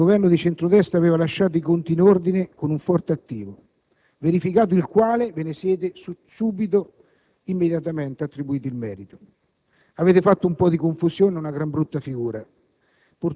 il Governo di centro-destra aveva lasciato i conti in ordine con un forte attivo, verificato il quale ve ne siete subito attribuito il merito; avete fatto un po' di confusione ed una gran brutta figura,